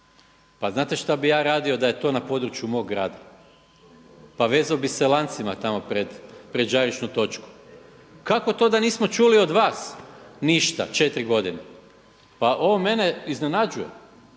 Pa znate šta bi ja radio da je to na području mog grada? Pa vezao bi se lancima pred žarišnu točku. Kako to da nismo čuli od vas ništa četiri godine? Pa ovo mene iznenađuje.